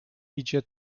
idzie